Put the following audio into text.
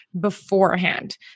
beforehand